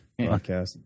Podcast